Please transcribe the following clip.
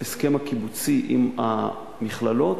ההסכם הקיבוצי עם המכללות,